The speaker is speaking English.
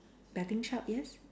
betting shop yes